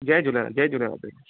जय झूलेलाल जय झूलेलाल साईं